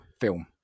film